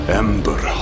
ember